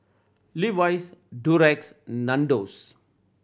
Levi's Durex Nandos